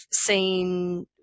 seen